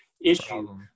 issue